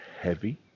heavy